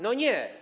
No nie.